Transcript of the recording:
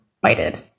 bited